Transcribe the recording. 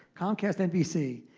comcast nbc,